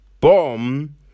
bomb